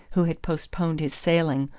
who had postponed his sailing,